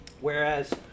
Whereas